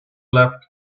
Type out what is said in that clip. left